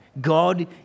God